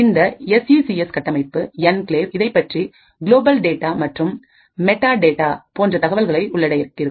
இந்த S E C S கட்டமைப்பு enclave இதைப்பற்றிய குளோபல் டேட்டா மற்றும் மெட்டாடேட்டா போன்ற தகவல்களை உள்ளடக்கியிருக்கும்